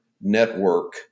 network